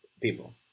people